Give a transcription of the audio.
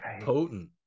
potent